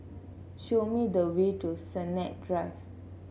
show me the way to Sennett Drive